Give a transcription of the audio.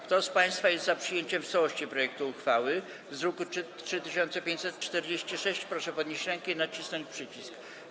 Kto z państwa jest za przyjęciem w całości projektu uchwały z druku nr 3546, proszę podnieść rękę i nacisnąć przycisk.